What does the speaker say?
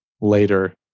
later